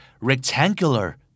rectangular